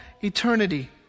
eternity